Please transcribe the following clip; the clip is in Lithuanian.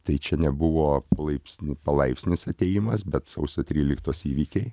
tai čia nebuvo palaipsni palaipsnis atėjimas bet sausio tryliktos įvykiai